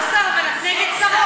אין פה שר, אבל את נגד שרות.